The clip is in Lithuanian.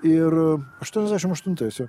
ir aštuoniasdešim aštuntais jo